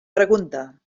pregunta